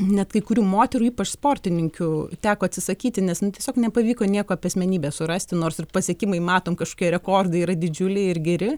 net kai kurių moterų ypač sportininkių teko atsisakyti nes tiesiog nepavyko nieko apie asmenybę surasti nors ir pasiekimai matom kažkokie rekordai yra didžiuliai ir geri